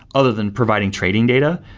other than providing trading data,